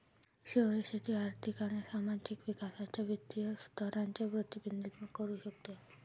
शहरी शेती आर्थिक आणि सामाजिक विकासाच्या विविध स्तरांचे प्रतिबिंबित करू शकते